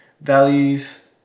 values